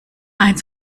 eins